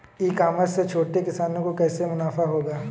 ई commerce से छोटे किसानों को कैसे मुनाफा होगा?